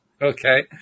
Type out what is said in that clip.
Okay